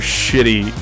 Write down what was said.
shitty